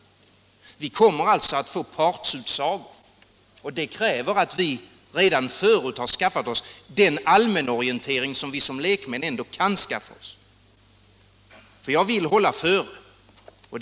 Vi kommer alltså att få partsutsagor, och det kräver att vi i förväg skaffar oss den allmänna orientering som vi som lekmän ändå kan skaffa oss.